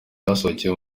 basohokeye